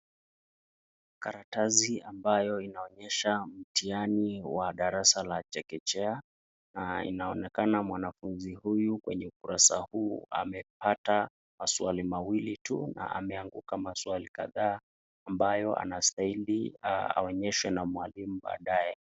Karatasi ambayo inaonyesha mtihani wa darasa la chekechea na inaonekana mwanafuzi huyu kwenye ukurasa huu amepata maswali mawili tu na ameanguka maswali kadhaa ambayo anastahili aonyeshwe na mwalimu baadaye.